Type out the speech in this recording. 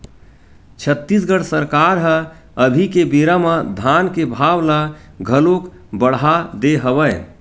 छत्तीसगढ़ सरकार ह अभी के बेरा म धान के भाव ल घलोक बड़हा दे हवय